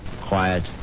quiet